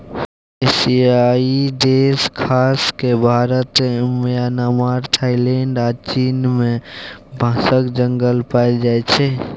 एशियाई देश खास कए भारत, म्यांमार, थाइलैंड आ चीन मे बाँसक जंगल पाएल जाइ छै